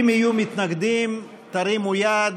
אם יהיו מתנגדים, תרימו יד.